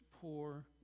poor